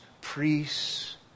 priests